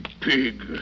pig